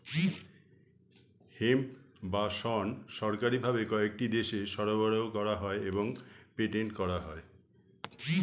hemp বা শণ সরকারি ভাবে কয়েকটি দেশে সরবরাহ করা হয় এবং পেটেন্ট করা হয়